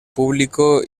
público